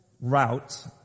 route